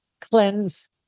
cleanse